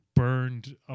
Burned